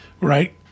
right